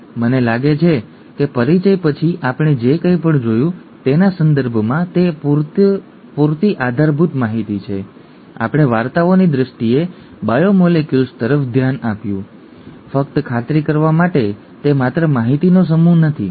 મને લાગે છે કે પરિચય પછી આપણે જે કંઈ પણ જોયું તેના સંદર્ભમાં તે પૂરતી આધારભૂત માહિતી છે અમે વાર્તાઓની દ્રષ્ટિએ બાયોમોલેક્યુલ્સ તરફ ધ્યાન આપ્યું વગેરે ફક્ત ખાતરી કરવા માટે તે માત્ર માહિતીનો સમૂહ નથી